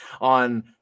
on